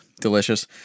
delicious